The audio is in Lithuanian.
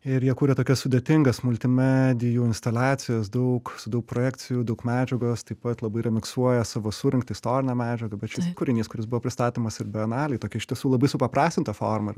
ir jie kuria tokias sudėtingas multimedijų instaliacijas daug su daug projekcijų daug medžiagos taip pat labai remiksuoja savo surinktą istorinę medžiagą bet šis kūrinys kuris buvo pristatomas ir bienalėj tokia iš tiesų labai supaprastinta forma